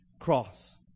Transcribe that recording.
cross